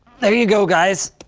there you go, guys.